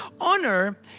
Honor